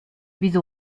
wieso